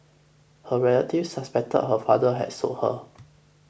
her relatives suspected her father had sold her